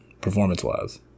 performance-wise